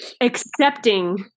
accepting